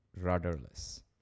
rudderless